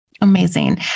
Amazing